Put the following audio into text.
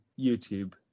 youtube